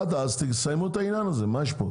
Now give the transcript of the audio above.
עד אז תסיימו את העניין הזה, מה יש פה?